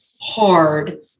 hard